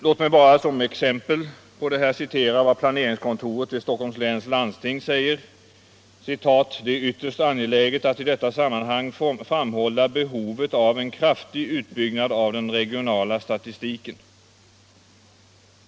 Låt mig som exempel på detta bara citera vad planeringskontoret i Stockholms läns landsting säger: ”Det är ytterst angeläget att i detta sammanhang framhålla behovet av en kraftig utbyggnad av den regionala statistiken.